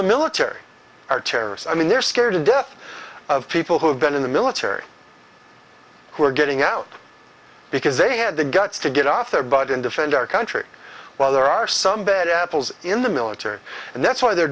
the military are terrorists i mean they're scared to death of people who have been in the military who are getting out because they had the guts to get off their butt and defend our country while there are some bad apples in the military and that's why they're